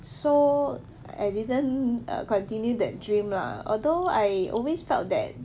so I didn't err continue that dream lah although I always felt that